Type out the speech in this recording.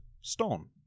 stone